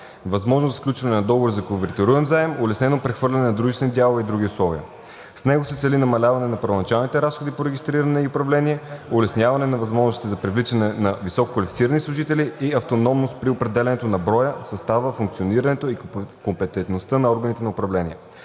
възможност за сключване на договори за конвертируем заем, улеснено прехвърляне на дружествени дялове и други условия. С него се цели намаляване на първоначалните разходи по регистриране и управление, улесняване на възможностите за привличане на висококвалифицирани служители и автономност при определянето на броя, състава, функционирането и компетентността на органите на управление.